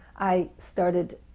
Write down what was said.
i started